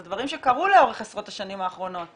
זה דברים שקרו לאורך עשרות השנים האחרונות.